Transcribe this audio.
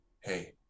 hey